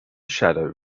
shadow